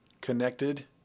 connected